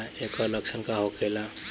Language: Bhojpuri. ऐकर लक्षण का होखेला?